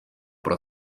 pro